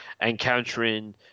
encountering